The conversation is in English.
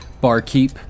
barkeep